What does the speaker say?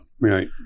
Right